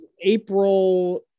April